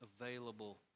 available